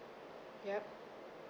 yup